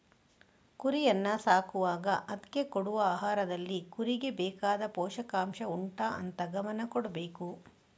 ಕುರಿಯನ್ನ ಸಾಕುವಾಗ ಅದ್ಕೆ ಕೊಡುವ ಆಹಾರದಲ್ಲಿ ಕುರಿಗೆ ಬೇಕಾದ ಪೋಷಕಾಂಷ ಉಂಟಾ ಅಂತ ಗಮನ ಕೊಡ್ಬೇಕು